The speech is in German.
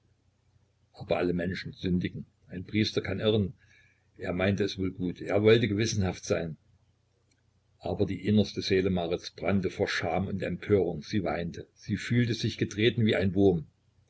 aber alle menschen sündigen ein priester kann irren er meinte es wohl gut er wollte gewissenhaft sein aber die innerste seele marits brannte vor scham und empörung sie weinte sie fühlte sich getreten wie ein wurm